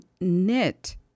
knit